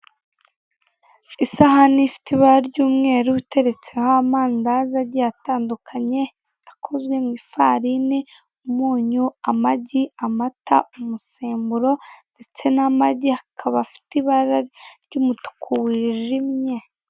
Isahane ifite ibara ry'umweru iteretseho amandazi agiye atandukanye akozwe mu ifarini, umunyu, amagi, amata, umusemburo ndetse n'amagi akaba afite ibara ry'umutuku wijimye.